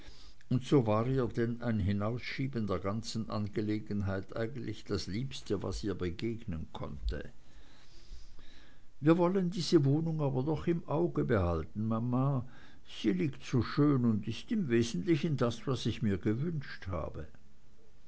und so war ihr denn ein hinausschieben der ganzen angelegenheit eigentlich das liebste was ihr begegnen konnte wir wollen diese wohnung aber doch im auge behalten mama sie liegt so schön und ist im wesentlichen das was ich mir gewünscht habe